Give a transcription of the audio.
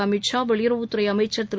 அமித்ஷா வெளியுறவுத்துறை அமைச்சர் திரு